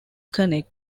connect